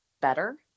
better